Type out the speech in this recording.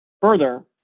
Further